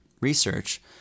research